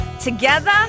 together